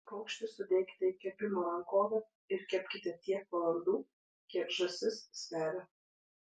paukštį sudėkite į kepimo rankovę ir kepkite tiek valandų kiek žąsis sveria